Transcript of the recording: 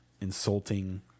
insulting